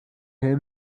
him